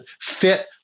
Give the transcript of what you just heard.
fit